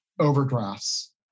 overdrafts